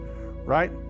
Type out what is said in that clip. right